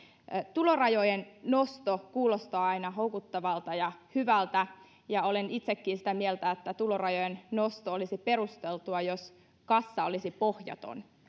tulorajojen nosto kuulostaa aina houkuttavalta ja hyvältä ja olen itsekin sitä mieltä että tulorajojen nosto olisi perusteltua jos kassa olisi pohjaton